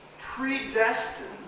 predestined